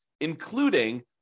including